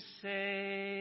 say